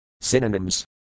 Synonyms